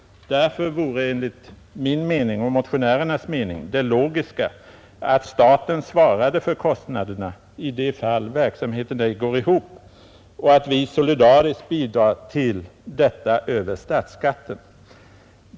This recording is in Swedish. Därför vore enligt min och mina medmotionärers mening det logiska att staten svarade för kostnaderna i de fall verksamheten ej går ihop och att vi solidariskt bidrar till detta över statsskatten.